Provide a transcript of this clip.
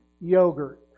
yogurt